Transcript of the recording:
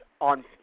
on